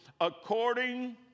According